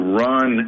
run